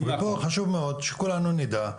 פה חשוב מאוד שכולנו נדע,